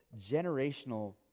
generational